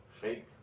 fake